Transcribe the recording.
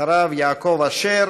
7935,